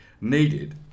needed